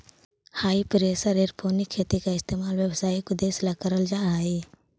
हाई pressure aeroponic खेती का इस्तेमाल व्यावसायिक उद्देश्य ला करल जा हई